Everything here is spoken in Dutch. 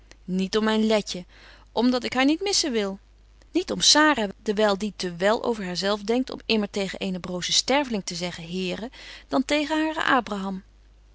niet om myn letje om dat ik haar niet missen wil niet om sara dewyl die te wél over haar zelf denkt om immer tegen eenen brozen sterveling te zeggen here dan tegen haren abraham